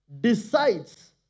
decides